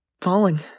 falling